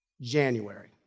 January